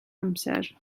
amser